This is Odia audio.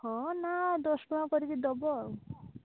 ହଁ ନା ଦଶଟଙ୍କା କରିକି ଦବ ଆଉ